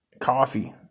coffee